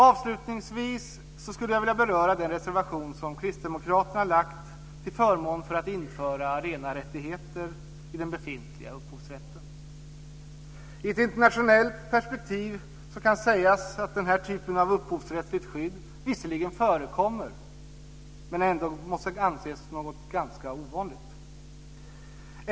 Avslutningsvis skulle jag vilja beröra den reservation som Kristdemokraterna lämnat till förmån för att införa arenarättigheter i den befintliga upphovsrätten. I ett internationellt perspektiv kan sägas att denna typ av upphovsrättsligt skydd visserligen förekommer men ändå måste anses som något ganska ovanligt.